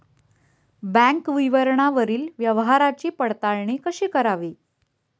Bank विवरणावरील व्यवहाराची पडताळणी कशी करावी?